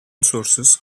sources